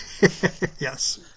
Yes